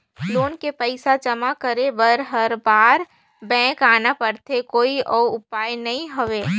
Loan के पईसा जमा करे बर हर बार बैंक आना पड़थे कोई अउ उपाय नइ हवय?